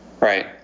right